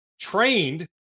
trained